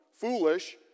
foolish